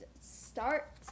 start